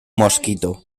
mosquito